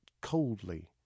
coldly